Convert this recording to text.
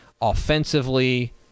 Offensively